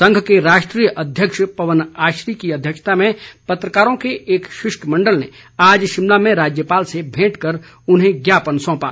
संघ के राष्ट्रीय अध्यक्ष पवन आश्री की अध्यक्षता में पत्रकारों के एक शिष्टमंडल ने आज शिमला में राज्यपाल से भेंट कर उन्हें ज्ञापन सौंपा